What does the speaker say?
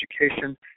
education